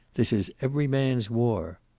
this is every man's war.